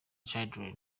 children